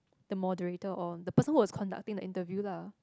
the moderator or the person was conducting the interview lah